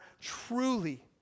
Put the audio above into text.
truly